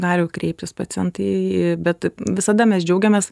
gali kreiptis pacientai į bet visada mes džiaugiamės